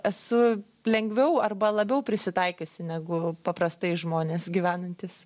esu lengviau arba labiau prisitaikiusi negu paprastai žmonės gyvenantys